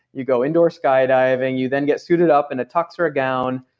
you go indoor skydiving, you then get suited up in a tux or a gown,